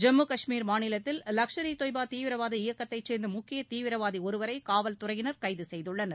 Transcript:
ஜம்மு கஷ்மீர் மாநிலத்தில் லஷ்கர் இ தொய்பா தீவிரவாத இயக்கத்தைச் சேர்ந்த முக்கிய தீவிரவாதி ஒருவரை காவல்துறையினர் கைது செய்துள்ளனர்